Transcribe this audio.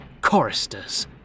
Choristers